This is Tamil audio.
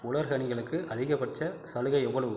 உலர்கனிகளுக்கு அதிகபட்ச சலுகை எவ்வளவு